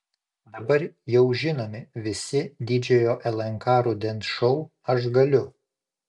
dabar jau žinomi visi didžiojo lnk rudens šou aš galiu